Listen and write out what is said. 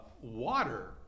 water